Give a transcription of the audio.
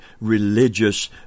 religious